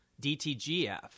DTGF